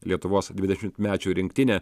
lietuvos dvidešimmečių rinktinė